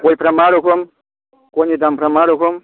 गयफ्रा मा रोखम गयनि दामफ्रा मा रोखम